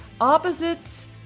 opposites